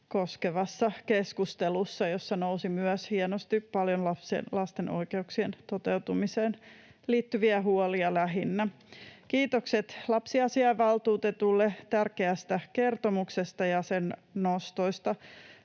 koskeneessa keskustelussa, jossa nousi esiin hienosti paljon myös lähinnä lasten oikeuksien toteutumiseen liittyviä huolia. Kiitokset lapsiasiainvaltuutetulle tärkeästä kertomuksesta ja sen nostoista.